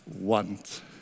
want